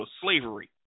slavery